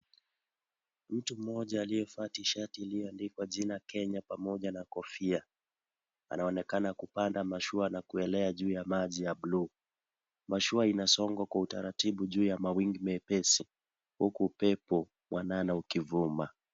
Mtu mmoja aliyevaa tishati iliyoandikwa jijna Kenya pamoja na kofia anaonekana kupanda mashua na kuelea juu ya maji ya buluu, mashua inasonga kwa utaratibu juu ya mawingu mepesi huku upepo mwanana ukivuma.